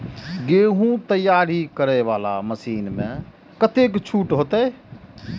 गेहूं तैयारी करे वाला मशीन में कतेक छूट होते?